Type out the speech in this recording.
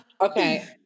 okay